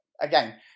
again